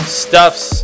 stuffs